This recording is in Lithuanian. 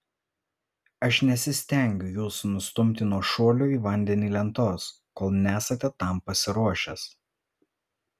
aš nesistengiu jūsų nustumti nuo šuolių į vandenį lentos kol nesate tam pasiruošęs